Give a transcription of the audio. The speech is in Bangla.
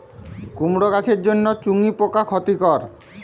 কুমড়ো গাছের জন্য চুঙ্গি পোকা ক্ষতিকর?